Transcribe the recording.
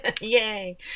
Yay